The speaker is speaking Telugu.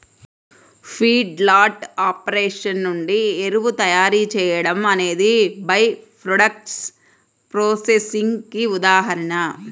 ఫీడ్లాట్ ఆపరేషన్ నుండి ఎరువు తయారీ చేయడం అనేది బై ప్రాడక్ట్స్ ప్రాసెసింగ్ కి ఉదాహరణ